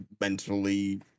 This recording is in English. mentally